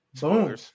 Boom